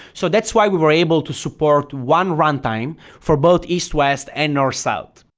so that's why we were able to support one runtime for both east-west and north-south.